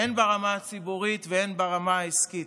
הן ברמה הציבורית והן ברמה העסקית.